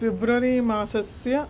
फेब्ररि मासस्य